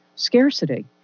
scarcity